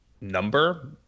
number